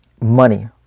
money